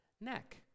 Neck